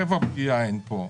רבע פגיעה אין פה.